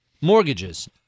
mortgages